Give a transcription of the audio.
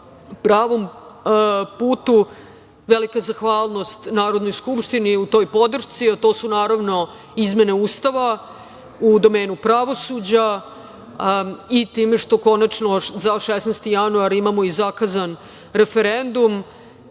pravom putu. Velika zahvalnost Skupštini u toj podršci. To su naravno izmene Ustava u domenu pravosuđa i time što konačno 16-og januara imamo zakazan referendum.